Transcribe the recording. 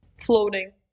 floating